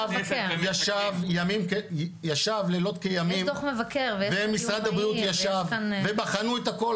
ישב לילות כימים -- יש דוח מבקר -- ומשרד הבריאות ישב ובחנו את הכול,